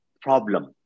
problem